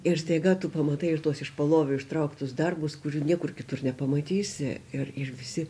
ir staiga tu pamatai ir tuos iš palovio ištrauktus darbus kurių niekur kitur nepamatysi ir visi